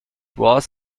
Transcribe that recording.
was